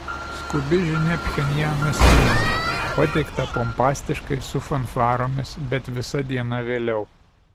skubi žinia pchenjano stiliumi pateikta pompastiškai su fanfaromis bet visa diena vėliau